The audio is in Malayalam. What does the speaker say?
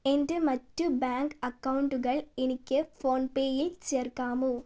എൻ്റെ മറ്റ് ബാങ്ക് അക്കൗണ്ടുകൾ എനിക്ക് ഫോൺപേയിൽ ചേർക്കാമോ